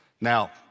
Now